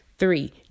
Three